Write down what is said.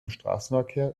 straßenverkehr